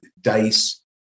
dice